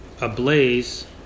Ablaze